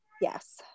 Yes